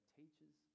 teachers